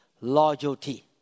Loyalty